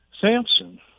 Samson